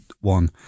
one